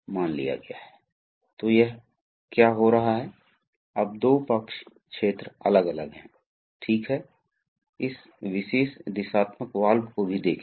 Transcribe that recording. तो हमें विभिन्न प्रकार की आवश्यकता होती है आमतौर पर हमें इसके लिए विभिन्न प्रकार के वाल्वों की आवश्यकता होती है और वाल्वों की एक प्रमुख श्रेणी को दिशात्मक वाल्व कहा जाता है